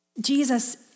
Jesus